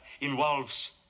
involves